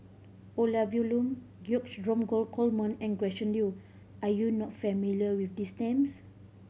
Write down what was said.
Olivia Lum George Dromgold Coleman and Gretchen Liu are you not familiar with these names